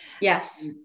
Yes